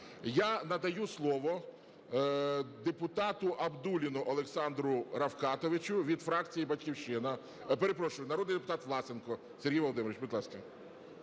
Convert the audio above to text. Я надає слово депутати Абдулліну Олександру Рафкатовичу від фракції "Батьківщина". Перепрошую, народний депутат Власенко Сергій Володимирович.